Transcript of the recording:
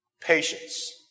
Patience